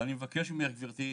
ואני מבקש ממך, גברתי.